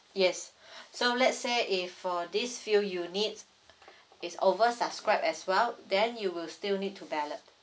yes so let's say if for these few units is over subscribed as well then you will still need to ballot